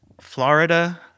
Florida